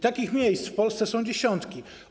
Takich miejsc w Polsce są dziesiątki.